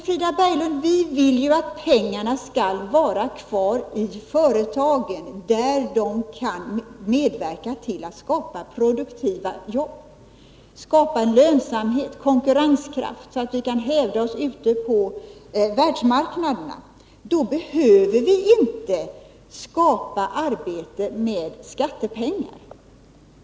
Vi vill ju att pengarna skall vara kvar i företagen, där de kan medverka till att skapa produktiva jobb, skapa lönsamhet och ge konkurrenskraft så att vi kan hävda oss ute på världsmarknaderna. Då behöver vi inte skapa arbetstillfällen med skattepengar.